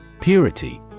Purity